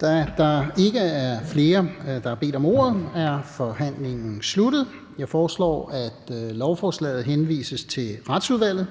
Da der ikke er flere, der har bedt om ordet, er forhandlingen sluttet. Jeg foreslår, at lovforslaget henvises til Retsudvalget.